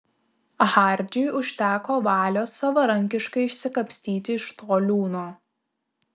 hardžiui užteko valios savarankiškai išsikapstyti iš to liūno